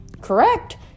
Correct